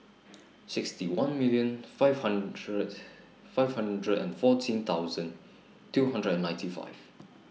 sixty one million five hundred five hundred and fourteen thousand two hundred and ninety five